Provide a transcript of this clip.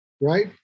right